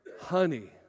honey